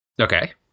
Okay